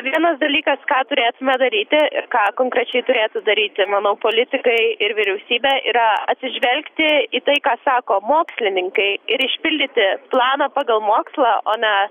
vienas dalykas ką turėtume daryti ir ką konkrečiai turėtų daryti manau politikai ir vyriausybė yra atsižvelgti į tai ką sako mokslininkai ir išpildyti planą pagal mokslą o ne